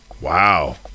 wow